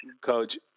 coach